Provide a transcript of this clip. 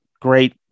great